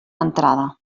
entrada